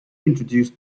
introduced